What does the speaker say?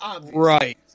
Right